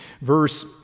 verse